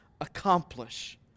accomplish